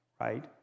right